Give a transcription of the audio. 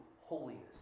holiness